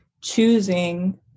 choosing